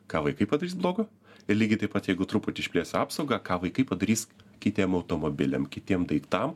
ką vaikai padarys blogo ir lygiai taip pat jeigu truputį išplėsiu apsaugą ką vaikai padarys kitiem automobiliam kitiem daiktam